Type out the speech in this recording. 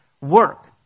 Work